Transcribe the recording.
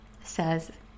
says